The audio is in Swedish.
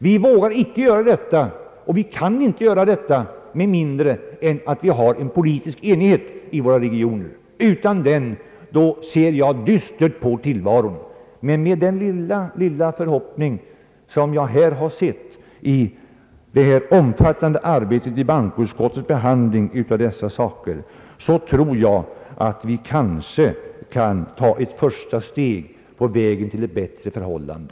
Vi vågar inte uppträda så och kan inte heller göra det med mindre än att vi har politisk enighet i våra regioner. Utan den ser jag dystert på tillvaron. Men med den lilla, lilla förhoppning jag har fått av bankoutskottets omfattande behandling av dessa problem tror jag att vi kan ta ett första steg på vägen till ett bättre förhållande.